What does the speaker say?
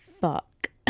fuck